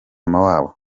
wabo